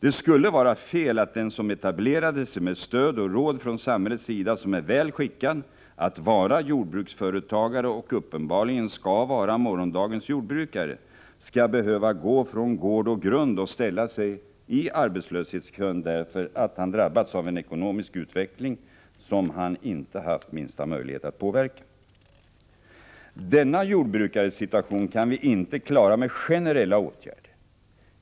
Det skulle vara fel att den som etablerade sig med stöd och råd från samhällets sida, som är väl skickad att vara jordbruksföretagare och uppenbarligen skall vara morgondagens jordbrukare skall behöva gå från gård och grund och ställa sig i arbetslöshetskön därför att han drabbats av en ekonomisk utveckling som han inte haft den minsta möjlighet att påverka. Denna jordbrukares situation kan vi inte klara med generella åtgärder.